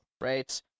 right